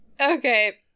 Okay